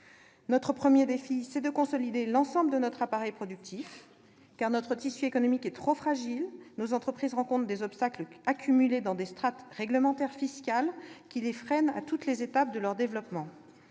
Notre premier défi est de consolider l'ensemble de notre appareil productif, car notre tissu économique est trop fragile. Nos entreprises rencontrent des obstacles accumulés dans des strates réglementaires et fiscales qui les freinent à toutes les étapes de leur développement.